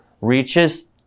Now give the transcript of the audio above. reaches